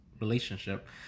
relationship